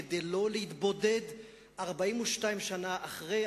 כדי לא להתבודד 42 שנה אחרי,